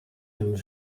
een